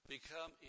Become